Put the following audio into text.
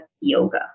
yoga